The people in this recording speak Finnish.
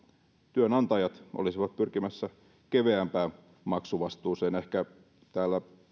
työnantajat olisivat pyrkimässä keveämpään maksuvastuuseen täällä